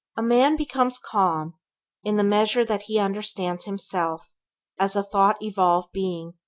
a man becomes calm in the measure that he understands himself as a thought evolved being,